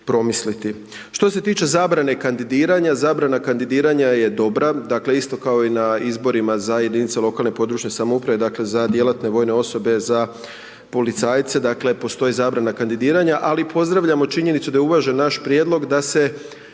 Što se tiče zabrana kandidiranja, zabrana kandidiranja je dobra, dakle, isto kao i na izborima za jedinice lokalne, područne samouprave dakle, za djelatne vojne osobe, za policajce, dakle, postoji zabrana kandidiranja, ali pozdravljamo činjenicu da je uvažen naš prijedlog, da se